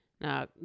Now